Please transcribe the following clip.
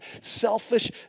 selfish